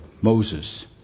Moses